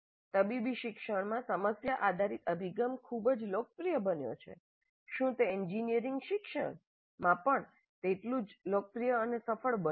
તબીબી શિક્ષણમાં સમસ્યા આધારિત અભિગમ ખૂબ જ લોકપ્રિય બન્યો છે શું તે એન્જિનિયરિંગ શિક્ષણ જ્યાં પણ તેઓએ અમલમાં મૂક્યા છે જેટલું લોકપ્રિય અને સફળ બન્યું છે